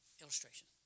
illustration